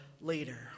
later